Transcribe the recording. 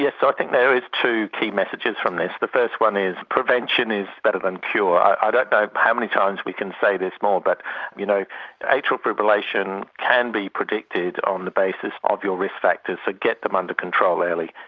yes, i think there is two key messages from this. the first one is prevention is better than cure. i don't know how many times we can say this more, but you know atrial fibrillation can be predicted on the basis of your risk factors, so get them under control early.